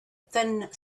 thin